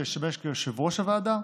שישמש יושב-ראש הוועדה,